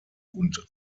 und